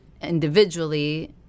individually